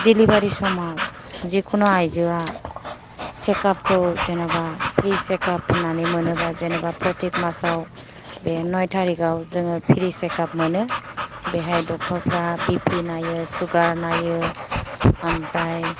दिलिभारि समाव जिखुनु आइजोआ सेखाबखौ जेन'बा फ्रि सेखाब होन्नानै मोनोबा फ्रथिग मासाव नय थारिगाव जोङो फ्रि सेखाब मोनो बेवहाय दक्टरफ्रा बिफि नायो सुगार नायो आमफ्राइ